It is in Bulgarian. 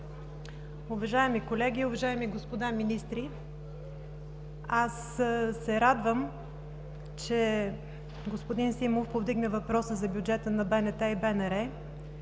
Уважаеми колеги, уважаеми господа министри! Радвам се, че господин Симов повдигна въпроса за бюджета на БНТ и БНР